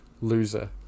loser